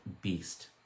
beast